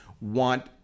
want